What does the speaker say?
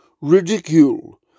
ridicule